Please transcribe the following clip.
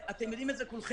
ואתם יודעים את זה כולכם,